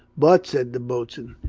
but said the boatswain,